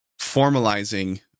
formalizing